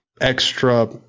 extra